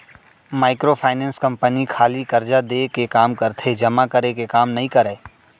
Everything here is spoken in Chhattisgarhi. माइक्रो फाइनेंस कंपनी खाली करजा देय के काम करथे जमा करे के काम नइ करय